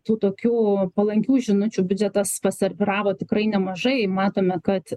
tų tokių palankių žinučių biudžetas paserviravo tikrai nemažai matome kad